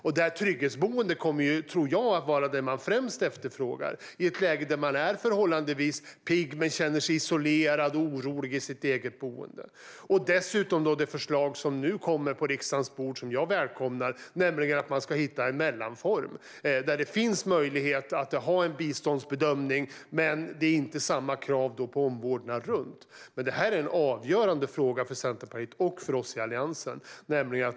Jag tror att trygghetsboende kommer att vara det som man främst efterfrågar i ett läge där man är förhållandevis pigg men känner sig isolerad och orolig i sitt eget boende. Det kommer nu ett förslag på riksdagens bord som jag välkomnar, nämligen att man ska hitta en mellanform där det finns möjlighet att ha biståndsbedömning utan samma krav på omvårdnad. Det här är en avgörande fråga för oss i Centerpartiet och för oss i Alliansen.